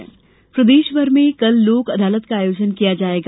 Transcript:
लोक अदालत प्रदेश भर में कल लोक अदालत का आयोजन किया जायेगा